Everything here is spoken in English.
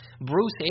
Bruce